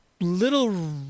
little